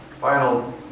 final